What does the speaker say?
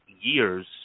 years